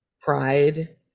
pride